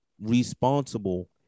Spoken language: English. Responsible